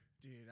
Dude